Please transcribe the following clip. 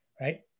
right